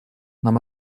нам